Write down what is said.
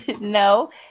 No